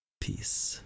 Peace